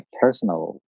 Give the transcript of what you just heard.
personal